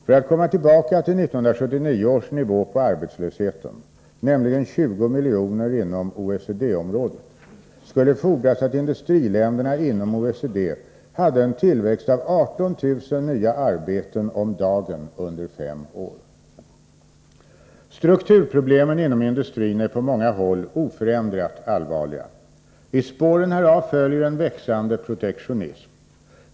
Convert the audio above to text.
För att komma tillbaka till 1979 års nivå på arbetslösheten, nämligen 20 miljoner inom OECD-området, skulle fordras att industriländerna inom OECD hade en tillväxt av 18 000 nya arbeten om dagen under fem år. Strukturproblemen inom industrin är på många håll oförändrat allvarliga. I spåren härav följer en växande protektionism.